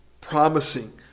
promising